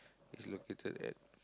is located at